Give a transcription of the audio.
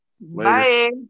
Bye